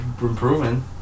improving